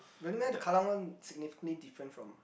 really meh the Kallang one significantly different from